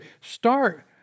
start